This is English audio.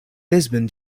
lisbon